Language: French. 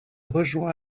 rejoint